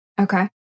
Okay